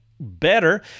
better